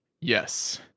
Yes